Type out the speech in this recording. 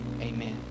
amen